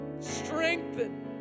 Strengthen